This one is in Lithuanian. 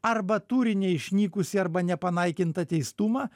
arba turi neišnykusį arba nepanaikintą teistumą